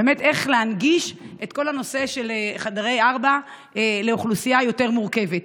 איך להנגיש את כל הנושא של חדרי 4 לאוכלוסייה יותר מורכבת.